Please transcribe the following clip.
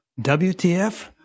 WTF